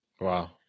Wow